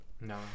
No